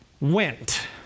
went